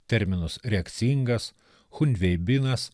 terminus reakcingas chunveibinas